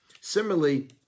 Similarly